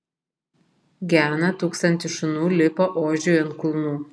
gena tūkstantis šunų lipa ožiui ant kulnų